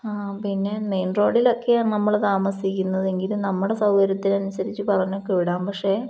ആ പിന്നെ മെയിൻ റോഡിലൊക്കെയാണു നമ്മള് താമസിക്കുന്നതെങ്കിലും നമ്മുടെ സൗകര്യത്തിന്നുസരിച്ചു പറഞ്ഞൊക്കെ വിടാം പക്ഷെ